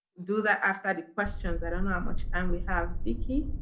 do that after the questions? i don't know how much time we have. vickie,